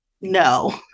No